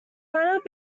lineup